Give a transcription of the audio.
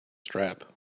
strap